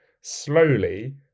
slowly